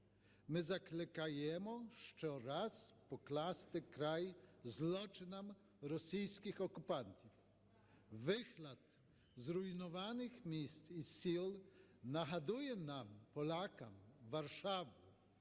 ми закликаємо, щораз покласти край злочинам російських окупантів. Вигляд зруйнованих міст і сіл нагадує нам, полякам, Варшаву,